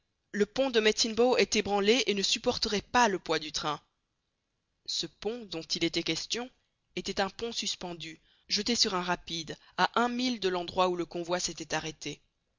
le pont de medicine bow est ébranlé et ne supporterait pas le poids du train ce pont dont il était question était un pont suspendu jeté sur un rapide à un mille de l'endroit où le convoi s'était arrêté